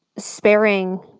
sparing